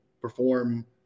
perform